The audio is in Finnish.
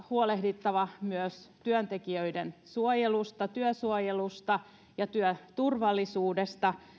huolehdittava myös työntekijöiden suojelusta työsuojelusta ja työturvallisuudesta